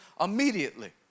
immediately